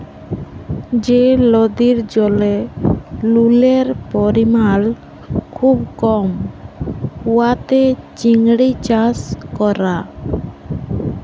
যে লদির জলে লুলের পরিমাল খুব কম উয়াতে চিংড়ি চাষ ক্যরা